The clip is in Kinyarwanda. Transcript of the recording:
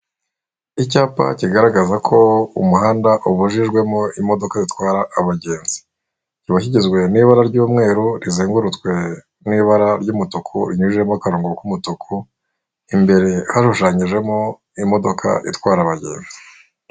Icyapa kigaragaza ko umuhanda ubujijwe mo imodoka zitwara abagenzi, kiba kigezwe n'ibara ry'umweru rizengurutswe n'ibara ry'umutuku rinyujijemo akarongo k'umutuku, imbere hashushanyijemo imodoka itwara abagenzi.